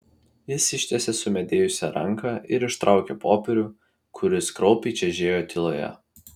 jis ištiesė sumedėjusią ranką ir ištraukė popierių kuris kraupiai čežėjo tyloje